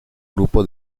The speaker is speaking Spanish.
grupo